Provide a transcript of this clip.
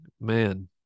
man